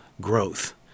growth